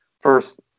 first